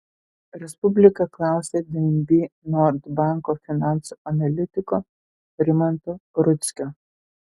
respublika klausė dnb nord banko finansų analitiko rimanto rudzkio